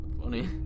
Funny